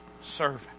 Servant